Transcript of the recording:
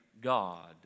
God